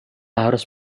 harus